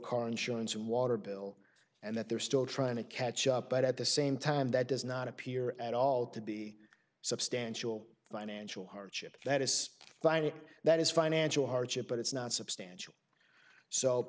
car insurance and water bill and that they're still trying to catch up but at the same time that does not appear at all to be substantial financial hardship that is fine if that is financial hardship but it's not substantial so